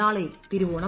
നാളെ തിരുവോണം